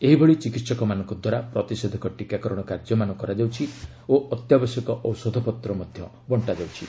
ଏହିଭଳି ଚିକିତ୍ସକମାନଙ୍କ ଦ୍ୱାରା ପ୍ରତିଷେଧକ ଟିକାକରଣ କାର୍ଯ୍ୟ ମାନ କରାଯାଉଛି ଓ ଅତ୍ୟାବଶ୍ୟକ ଔଷଧପତ୍ର ବଣ୍ଟ୍ରା ଯାଉଛି